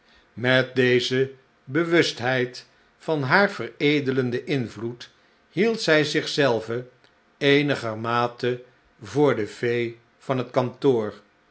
met deze bewustheid van haar veredelenden invloed hield zij zich zelve eenigermate voor de fee van het kantoor